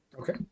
Okay